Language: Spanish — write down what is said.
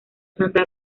santa